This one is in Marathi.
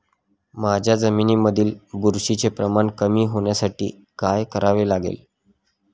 माझ्या जमिनीमधील बुरशीचे प्रमाण कमी होण्यासाठी काय करावे लागेल?